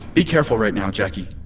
be careful right now, jacki.